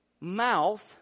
mouth